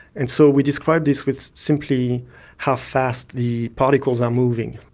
and so we describe this with simply how fast the particles are moving.